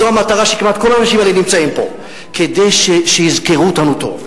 זו המטרה של כמעט כל האנשים שנמצאים פה: כדי שיזכרו אותנו טוב.